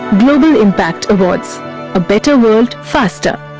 global impact awards a better world, faster.